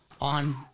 on